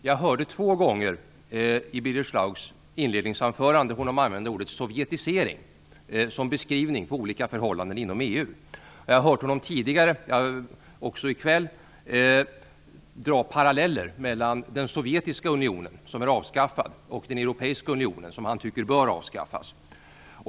Jag hörde Birger Schlaug två gånger i sitt inledningsanförande använda ordet sovjetisering som beskrivning på olika förhållanden inom EU. Jag har tidigare, men också i kväll, hört honom dra paralleller mellan den sovjetiska unionen, som är avskaffad, och den europeiska unionen, som han tycker bör avskaffas.